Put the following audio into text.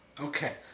Okay